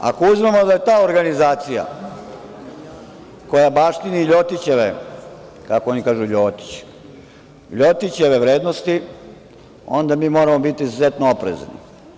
Ako uzmemo da je ta organizacija koja baštini LJotićeve, kako oni LJotićeve vrednosti, onda mi moramo biti izuzetno oprezni.